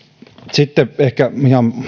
sitten ehkä ihan